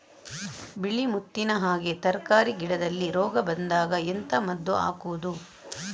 ಬಿಳಿ ಮುತ್ತಿನ ಹಾಗೆ ತರ್ಕಾರಿ ಗಿಡದಲ್ಲಿ ರೋಗ ಬಂದಾಗ ಎಂತ ಮದ್ದು ಹಾಕುವುದು?